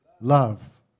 Love